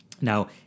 Now